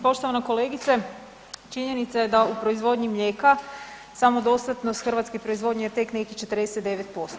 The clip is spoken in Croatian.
Poštovana kolegice, činjenica je da u proizvodnji mlijeka samodostatnost hrvatske proizvodnje je tek nekih 49%